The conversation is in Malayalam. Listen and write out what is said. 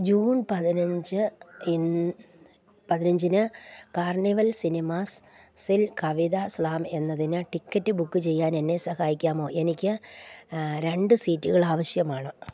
ജൂൺ പതിനഞ്ച് ഇൻ പതിനഞ്ചിന് കാർണിവൽ സിനിമാസ് സിൽ കവിത സ്ലാം എന്നതിന് ടിക്കറ്റ് ബുക്ക് ചെയ്യാനെന്നേ സഹായിക്കാമോ എനിക്ക് രണ്ട് സീറ്റുകൾ ആവശ്യമാണ്